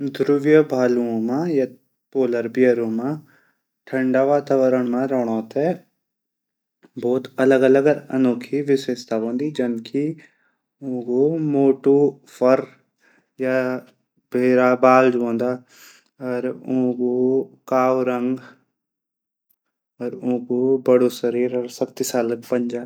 धुव्रीय भालुओं मा पोलर बिरियो मा ठंडा वातावरण मा रौणू कू बहुत अलग अलग और अनोखी विशेषता हूंदी। कि मोटू खूर और भैरा बाल हूंदा और ऊ कालू रःग और बडू शरीर शक्तिशाली पंजा।